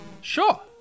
Sure